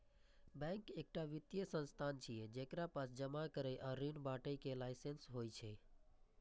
bank एकटा वित्तीय संस्थान छियै, जेकरा पास जमा करै आ ऋण बांटय के लाइसेंस होइ छै